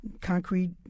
concrete